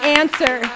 answer